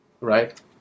Right